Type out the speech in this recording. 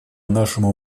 нашему